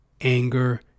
anger